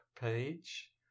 page